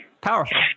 Powerful